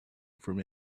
from